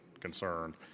concerned